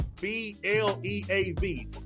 B-L-E-A-V